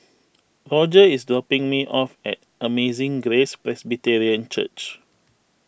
Roger is dropping me off at Amazing Grace Presbyterian Church